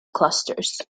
clusters